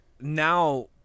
now